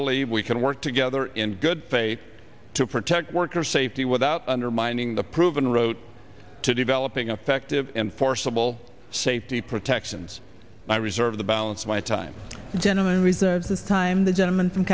believe we can work together in good faith to protect workers safety without undermining the proven wrote to developing affective enforceable safety protections i reserve the balance of my time gentlemen was that this time the gentleman from